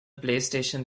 playstation